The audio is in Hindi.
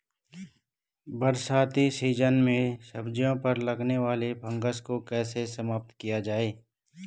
बरसाती सीजन में सब्जियों पर लगने वाले फंगस को कैसे समाप्त किया जाए?